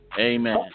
Amen